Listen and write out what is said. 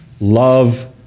love